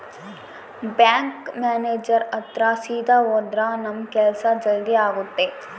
bank manager ಹತ್ರ ಸೀದಾ ಹೋದ್ರ ನಮ್ ಕೆಲ್ಸ ಜಲ್ದಿ ಆಗುತ್ತೆ